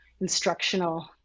instructional